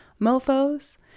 mofos